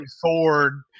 Ford